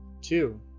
Two